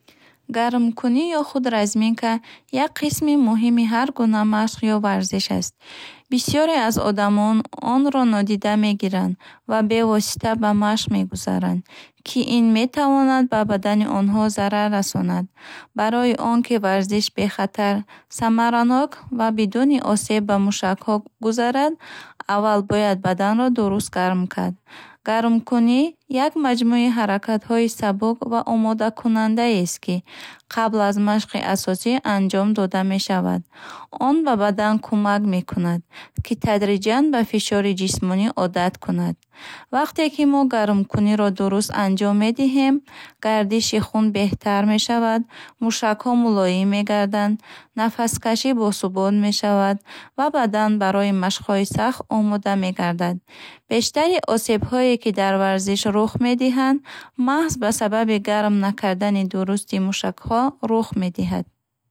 Гармкунӣ, ё худ разминка, як қисми муҳими ҳар гуна машқ ё варзиш аст. Бисёре аз одамон онро нодида мегиранд ва бевосита ба машқ мегузаранд, ки ин метавонад ба бадани онҳо зарар расонад. Барои он ки варзиш бехатар, самаранок ва бидуни осеб ба мушакҳо гузарад, аввал бояд баданро дуруст гарм кард. Гармкунӣ як маҷмӯи ҳаракатҳои сабук ва омодакунандаест, ки қабл аз машқи асосӣ анҷом дода мешавад. Он ба бадан кӯмак мекунад, ки тадриҷан ба фишори ҷисмонӣ одат кунад. Вақте ки мо гармкуниро дуруст анҷом медиҳем, гардиши хун беҳтар мешавад, мушакҳо мулоим мегарданд, нафаскашӣ босубот мешавад ва бадан барои машқҳои сахт омода мегардад. Бештари осебҳое, ки дар варзиш рух медиҳанд, маҳз ба сабаби гарм накардани дурусти мушакҳо рух медиҳад.